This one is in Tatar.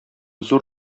зур